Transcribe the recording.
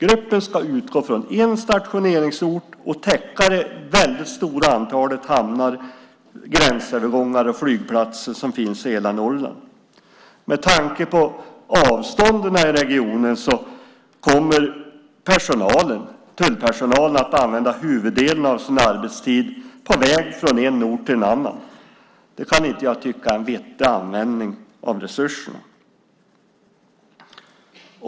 Gruppen ska utgå från en stationeringsort och täcka det väldigt stora antal hamnar, gränsövergångar och flygplatser som finns i hela Norrland. Med tanke på avstånden i regionen kommer tullpersonalen att använda huvuddelen av sin arbetstid på väg från en ort till en annan. Det kan inte jag tycka är en vettig användning av resurserna.